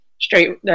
straight